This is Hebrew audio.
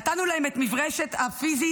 נתנו להם את המברשת הפיזית,